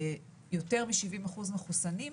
יותר מ-70% מחוסנים,